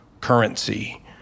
currency